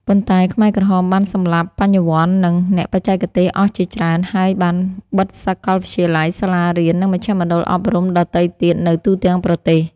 ប៉ុន្តែខ្មែរក្រហមបានសម្លាប់បញ្ញវន្តនិង អ្នកបច្ចេកទេសអស់ជាច្រើន ហើយបានបិទសាកលវិទ្យាល័យ សាលារៀន និងមជ្ឈមណ្ឌលអប់រំដទៃទៀតនៅទូទាំងប្រទេស ។